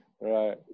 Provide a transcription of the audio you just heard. Right